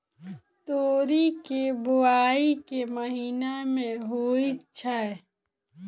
तोरी केँ बोवाई केँ महीना मे होइ छैय?